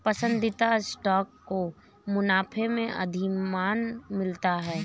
पसंदीदा स्टॉक को मुनाफे में अधिमान मिलता है